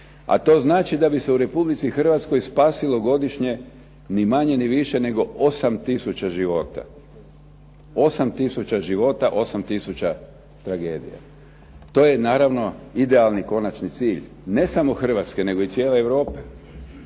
a to znači da bi se u Republici Hrvatskoj spasilo godišnje ni manje ni više nego 8 tisuća života. 8 tisuća života, 8 tisuća tragedija. To je naravno idealni konačni cilj, ne samo Hrvatske nego cijele Europe.